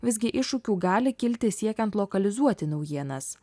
visgi iššūkių gali kilti siekiant lokalizuoti naujienas